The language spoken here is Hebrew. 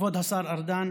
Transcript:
כבוד השר ארדן,